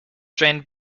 drained